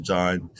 John